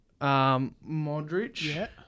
Modric